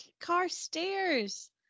Carstairs